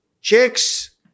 chicks